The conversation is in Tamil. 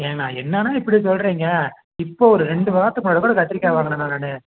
ஏண்ணா என்ன அண்ணா இப்படி சொல்லுறீங்க இப்போ ஒரு ரெண்டு வாரத்துக்கு முன்னாடி கூட கத்திரிக்காய் வாங்குன அண்ணா நான்